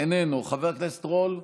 איננו, חבר הכנסת רול,